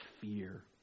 fear